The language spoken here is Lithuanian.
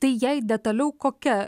tai jei detaliau kokia